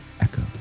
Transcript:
echo